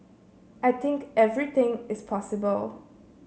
I think everything is possible